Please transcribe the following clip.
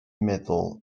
meddwl